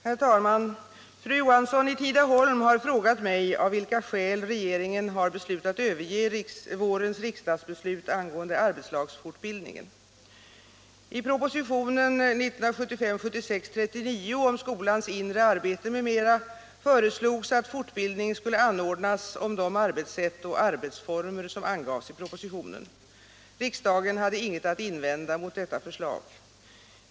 Herr talman! Fru Johansson i Tidaholm har frågat mig av vilka skäl regeringen har beslutat överge vårens riksdagsbeslut angående arbetslagsfortbildningen. I propositionen om skolans inre arbete m.m. föreslogs att fortbildning skulle anordnas om de arbetssätt och arbetsformer som angavs i propositionen. Riksdagen hade inget att invända mot detta förslag.